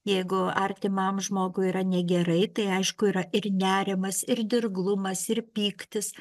jeigu artimam žmogui yra negerai tai aišku yra ir nerimas ir dirglumas ir pyktis